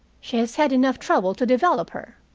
she has had enough trouble to develop her.